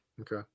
Okay